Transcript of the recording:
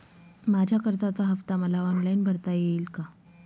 माझ्या कर्जाचा हफ्ता मला ऑनलाईन भरता येईल का?